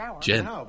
Jen